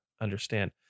understand